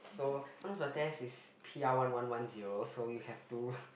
so one of the test is P R one one one zero so you have to